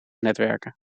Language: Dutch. netwerken